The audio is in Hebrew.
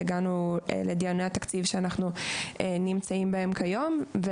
הגענו לדיוני התקציב שאנחנו נמצאים בהם כיום.